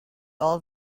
all